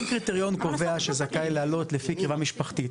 אם קריטריון קובע שזכאי לעלות לפי קרבה משפחתית,